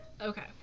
Okay